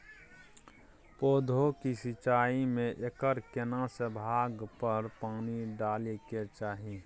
पौधों की सिंचाई में एकर केना से भाग पर पानी डालय के चाही?